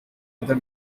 other